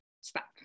Stop